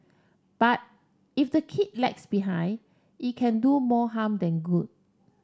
but if the kid lags behind it can do more harm than good